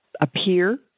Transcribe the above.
appear